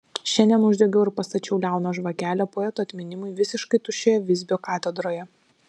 šiandien uždegiau ir pastačiau liauną žvakelę poeto atminimui visiškai tuščioje visbio katedroje